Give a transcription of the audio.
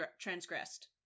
transgressed